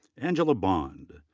angela bond.